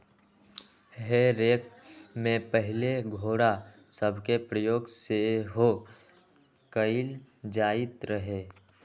हे रेक में पहिले घोरा सभके प्रयोग सेहो कएल जाइत रहै